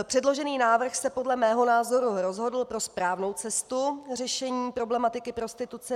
Předložený návrh se podle mého názoru rozhodl pro správnou cestu řešení problematiky prostituce.